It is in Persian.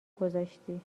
گذاشتی